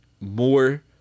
more